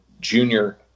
junior